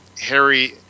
Harry